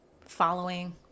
following